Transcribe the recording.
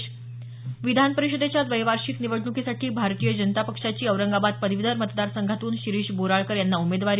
त विधान परिषदेच्या द्वैवार्षिक निवडणुकीसाठी भारतीय जनता पक्षाची औरंगाबाद पदवीधर मतदारसंघातून शिरीष बोराळकर यांना उमेदवारी